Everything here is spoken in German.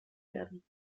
werden